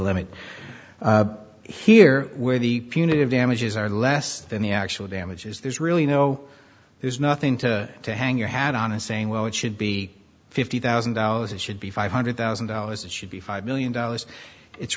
limit here where the punitive damages are less than the actual damages there's really no there's nothing to to hang your hat on and saying well it should be fifty thousand dollars it should be five hundred thousand dollars it should be five million dollars it's